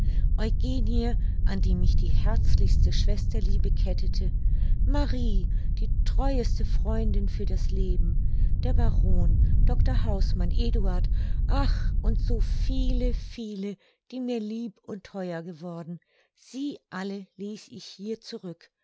eugenie an die mich die herzlichste schwesterliebe kettete marie die treueste freundin für das leben der baron dr hausmann eduard ach und so viele viele die mir lieb und theuer geworden sie alle ließ ich hier zurück